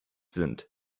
sind